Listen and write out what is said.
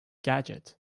gadget